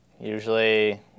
usually